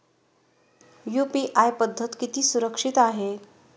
UPI पद्धत किती सुरक्षित आहे?